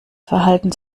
verhalten